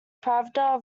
pravda